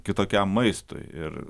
kitokiam maistui ir